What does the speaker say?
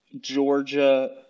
Georgia